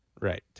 Right